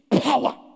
power